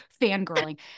fangirling